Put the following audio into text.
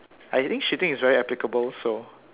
I think shitting is very applicable so